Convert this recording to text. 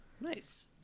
Nice